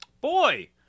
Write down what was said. Boy